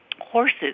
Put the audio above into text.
horses